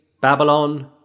Babylon